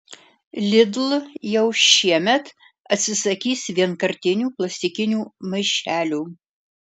lidl jau šiemet atsisakys vienkartinių plastikinių maišelių